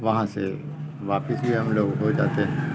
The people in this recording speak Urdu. وہاں سے واپس بھی ہم لوگ ہو جاتے ہیں